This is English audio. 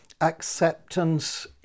acceptance